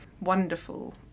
wonderful